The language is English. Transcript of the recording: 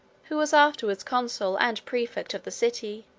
who was afterwards consul and praefect of the city,